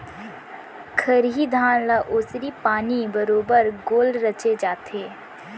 खरही धान ल ओसरी पानी बरोबर गोल रचे जाथे